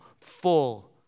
full